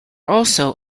also